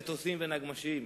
מטוסים ונגמ"שים.